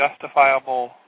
justifiable